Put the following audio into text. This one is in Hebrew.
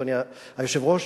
אדוני היושב-ראש,